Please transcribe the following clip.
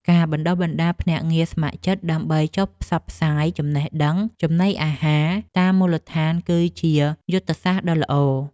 ការបណ្តុះបណ្តាលភ្នាក់ងារស្ម័គ្រចិត្តដើម្បីចុះផ្សព្វផ្សាយចំណេះដឹងចំណីអាហារតាមមូលដ្ឋាន គឺជាយុទ្ធសាស្ត្រដ៏ល្អ។